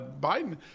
Biden